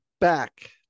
back